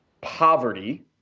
poverty